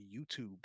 YouTube